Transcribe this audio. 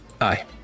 Aye